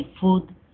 food